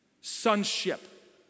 Sonship